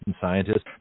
scientists